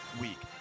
week